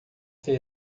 ser